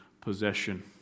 possession